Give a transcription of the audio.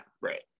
Right